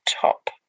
top